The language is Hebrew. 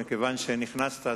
מכיוון שנכנסת,